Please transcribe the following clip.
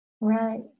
right